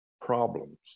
problems